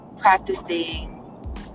practicing